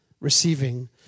receiving